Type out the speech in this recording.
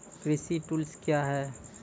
कृषि टुल्स क्या हैं?